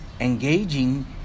engaging